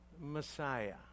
Messiah